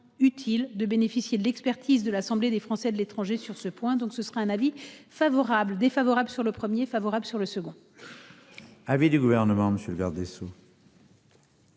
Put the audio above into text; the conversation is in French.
de bénéficier de l'expertise de l'Assemblée des Français de l'étranger. Sur ce point. Donc ce sera un avis favorable défavorable sur le 1er favorable sur le second. Avis du gouvernement, monsieur le garde des Sceaux.